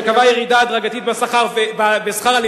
שקבע ירידה הדרגתית בשכר הלימוד.